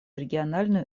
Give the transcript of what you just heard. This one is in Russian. региональную